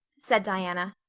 said diana.